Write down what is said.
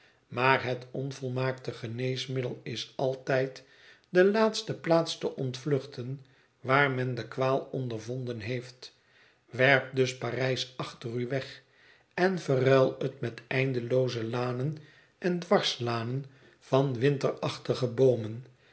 maar het onvolmaakte geneesmiddel is altijd de laatste plaats te ontvluchten waar men de kwaal ondervonden heeft werp dus par ij s achter u weg en verruil het met eindelooze lanen en d warslanen van